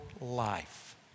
life